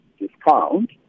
discount